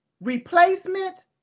replacement